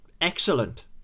excellent